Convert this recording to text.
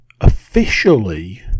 officially